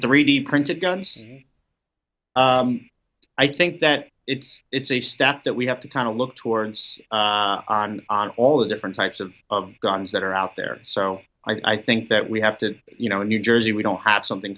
three d printed guns i think that it's it's a step that we have to kind of look towards on all the different types of guns that are out there so i think that we have to you know in new jersey we don't have something